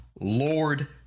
Lord